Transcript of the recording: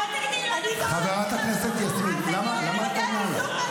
אני מכירה ויודעת בדיוק מה הזכויות.